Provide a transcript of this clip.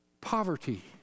Poverty